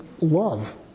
Love